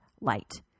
light